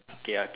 okay ah